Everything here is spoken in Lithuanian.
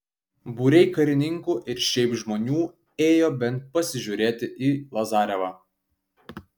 būriai karininkų ir šiaip žmonių ėjo bent pasižiūrėti į lazarevą